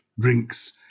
drinks